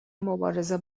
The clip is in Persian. مبارزه